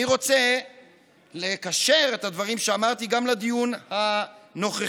אני רוצה לקשר את הדברים שאמרתי גם לדיון הנוכחי.